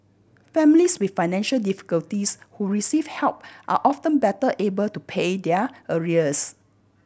families with financial difficulties who receive help are often better able to pay their arrears